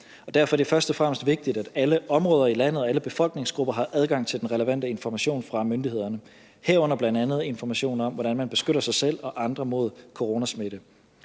Derfor er det først og fremmest vigtigt, at alle områder i landet og alle befolkningsgrupper har adgang til den relevante information fra myndighederne, herunder bl.a. information om, hvordan man beskytter sig selv og andre mod coronasmitte.